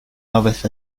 loveth